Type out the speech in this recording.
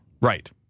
Right